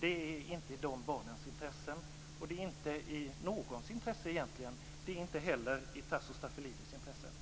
Det ligger inte i de barnens intresse, och det ligger inte i någons intresse. Det ligger inte heller i Tasso Stafilidis intresse.